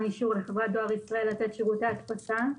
אישור לחברי דואר ישראל לתת שירותי הדפסה.